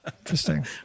Interesting